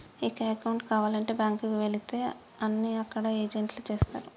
ఇక అకౌంటు కావాలంటే బ్యాంకుకి వెళితే అన్నీ అక్కడ ఏజెంట్లే చేస్తరు